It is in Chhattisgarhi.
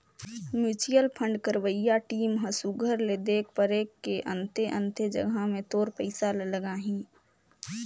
म्युचुअल फंड करवइया टीम ह सुग्घर ले देख परेख के अन्ते अन्ते जगहा में तोर पइसा ल लगाहीं